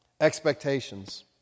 Expectations